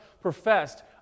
professed